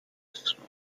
stripe